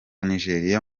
nigeria